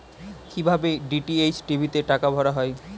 কি ভাবে DTH TV তে টাকা ভরা হয়?